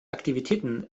aktivitäten